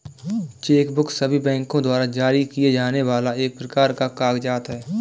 check book सभी बैंको द्वारा जारी किए जाने वाला एक प्रकार का कागज़ात है